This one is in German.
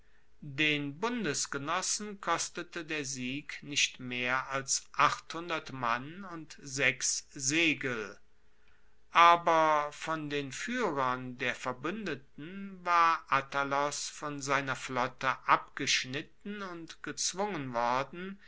den bundesgenossen kostete der sieg nicht mehr als mann und sechs segel aber von den fuehrern der verbuendeten war attalos von seiner flotte abgeschnitten und gezwungen worden